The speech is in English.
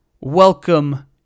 Welcome